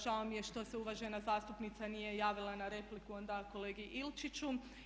Žao mi je što se uvažena zastupnica nije javila na repliku onda kolegi Ilčiću.